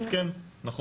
אז כן.